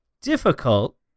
difficult